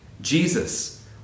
Jesus